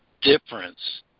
difference